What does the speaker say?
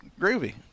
groovy